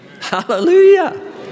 Hallelujah